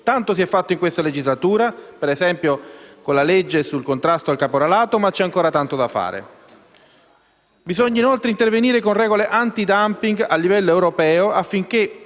Tanto si è fatto in questa legislatura, come - ad esempio - con la legge sul contrasto al caporalato, ma c'è ancora tanto da fare. Bisogna inoltre intervenire con regole antidumping a livello europeo affinché